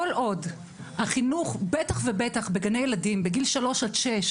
כל עוד החינוך בטח ובטח בגני ילדים בגיל שלוש עד שש